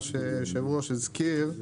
מה שיושב ראש הוועדה הזכיר.